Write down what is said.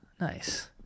Nice